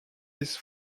his